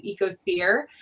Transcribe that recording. ecosphere